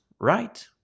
right